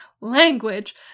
language